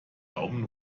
daumen